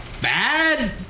bad